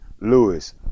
Lewis